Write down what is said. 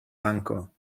banco